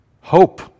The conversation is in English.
hope